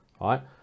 Right